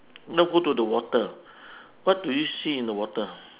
now go to the water what do you see in the water